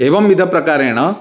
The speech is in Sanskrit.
एवंविधप्रकारेण